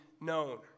known